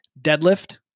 deadlift